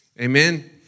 Amen